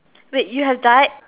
wait you have died